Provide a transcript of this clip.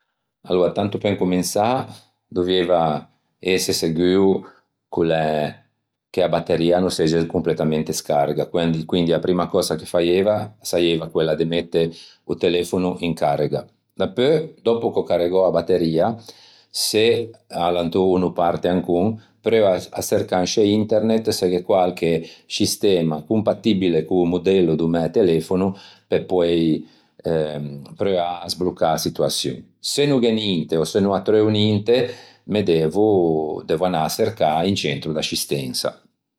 Aloa tanto pe incominsâ doviæ ëse seguo ch'o l'é che a batteria a no segge completamente scarrega, quindi a primma cösa che faieiva a saieiva quella de mette o telefono in carrega. Dapeu, dòppo che ò carregou a batteria, se alantô o no parte ancon preuo à çercâ in sce internet se gh'é quarche scistema compatibile co-o modello do mâ telefono pe poei ehm preuvâ à sbloccâ a situaçion. Se no gh'é ninte o se no attreuvo ninte me devo, devo anâ à çercâ un centro de ascistensa.